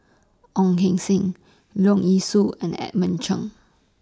Ong Keng Sen Leong Yee Soo and Edmund Cheng